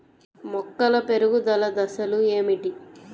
మొక్కల పెరుగుదల దశలు ఏమిటి?